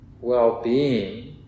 well-being